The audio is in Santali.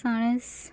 ᱥᱟᱬᱮᱥ